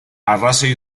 arrazoi